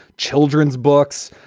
children's books,